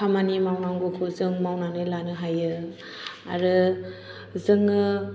खामानि मावनांगौखौ जों मावनानै लानो हायो आरो जोङो